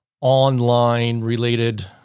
online-related